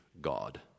God